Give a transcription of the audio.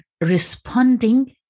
responding